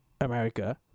America